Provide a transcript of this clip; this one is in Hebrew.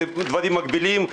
אלה דברים מקבילים".